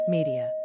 Media